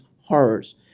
horrors